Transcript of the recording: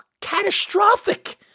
catastrophic